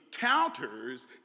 counters